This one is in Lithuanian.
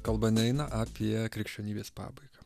kalba neina apie krikščionybės pabaigą